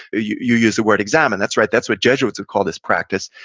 you you used the word examen. that's right, that's what jesuits would call this practice.